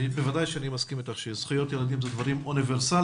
בוודאי שאני מסכים אתך שזכויות ילדים אלה דברים אוניברסליים.